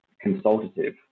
consultative